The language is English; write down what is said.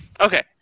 Okay